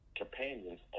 companions